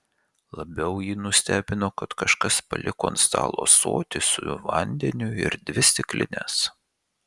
labiau jį nustebino kad kažkas paliko ant stalo ąsotį su vandeniu ir dvi stiklines